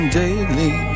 daily